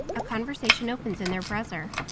a conversation opens in their browser.